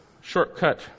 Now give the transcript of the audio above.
shortcut